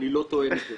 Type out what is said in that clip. אני לא טוען את זה.